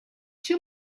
two